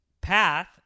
path